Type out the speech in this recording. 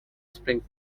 spring